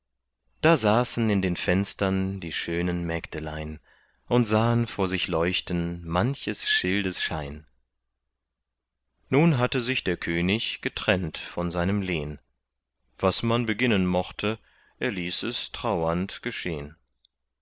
da saßen in den fenstern die schönen mägdelein und sahen vor sich leuchten manches schildes schein nun hatte sich der könig getrennt von seinem lehn was man beginnen mochte er ließ es trauernd geschehn